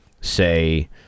say